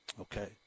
Okay